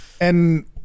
And-